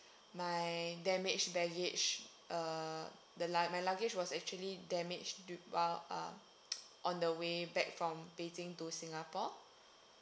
my damaged baggage uh the my luggage was actually damaged to uh um on the way back from beijing to singapore